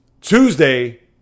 Tuesday